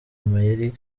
amayeri